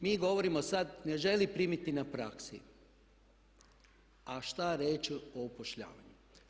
Mi govorimo sada ne želi primiti na praksu a šta reći o upošljavanju.